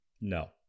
No